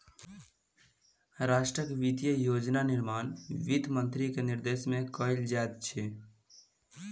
राष्ट्रक वित्तीय योजना निर्माण वित्त मंत्री के निर्देशन में कयल जाइत अछि